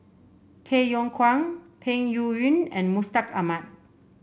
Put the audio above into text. Tay Yong Kwang Peng Yuyun and Mustaq Ahmad